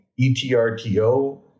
ETRTO